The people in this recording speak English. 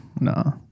No